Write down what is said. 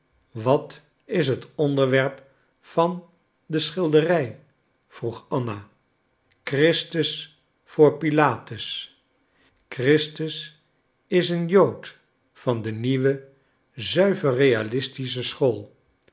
wat is het onderwerp van de schilderij vroeg anna christus voor pilatus christus is een jood van de nieuwe zuiver realistische school